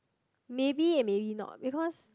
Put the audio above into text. maybe and maybe not because